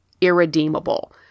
irredeemable